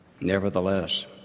Nevertheless